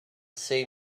see